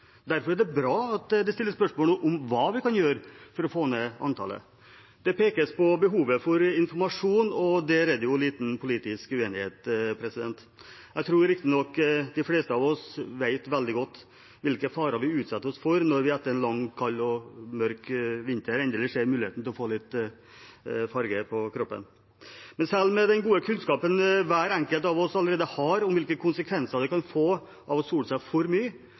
Derfor er det bra at det stilles spørsmål om hva vi kan gjøre for å få ned antallet. Det pekes på behovet for informasjon, og der er det lite politisk uenighet. Jeg tror riktignok de fleste av oss vet veldig godt hvilken fare vi utsetter oss for når vi etter en lang, kald og mørk vinter endelig ser muligheten for å få litt farge på kroppen, men selv med den gode kunnskapen hver enkelt av oss allerede har om hvilke konsekvenser det kan få å sole seg for mye,